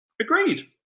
agreed